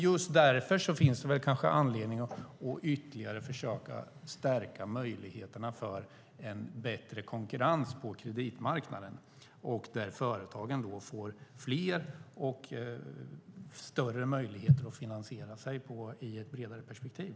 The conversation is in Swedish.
Just därför finns det väl anledning att ytterligare försöka stärka möjligheterna för en bättre konkurrens på kreditmarknaden, där företagen får fler och större möjligheter att finansiera sig i ett bredare perspektiv.